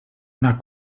una